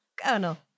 Colonel